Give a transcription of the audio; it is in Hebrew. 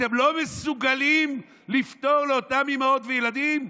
אתם לא מסוגלים לפתור לאותם אימהות וילדים?